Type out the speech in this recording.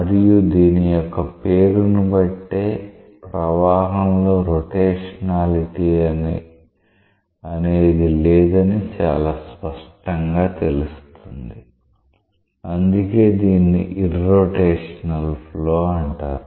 మరియు దీని యొక్క పేరుని బట్టే ప్రవాహంలో రోటేషనాలిటీ అనేది లేదని చాలా స్పష్టంగా తెలుస్తుంది అందుకే దీనిని ఇర్రోటేషనల్ ఫ్లో అంటారు